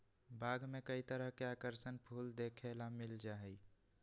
बाग में कई तरह के आकर्षक फूल देखे ला मिल जा हई